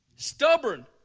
Stubborn